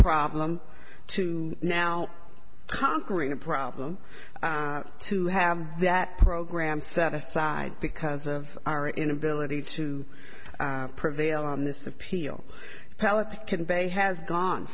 problem to now conquering a problem to have that program set aside because of our inability to prevail on this appeal pelican bay has gone